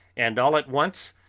and all at once